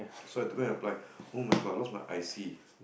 so I have to go and apply oh my god I lost my I_C